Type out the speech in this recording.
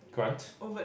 grant